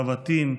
בבתים,